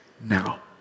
now